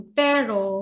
pero